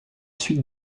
suite